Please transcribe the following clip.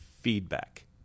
feedback